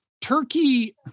Turkey